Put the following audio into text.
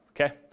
okay